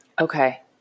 Okay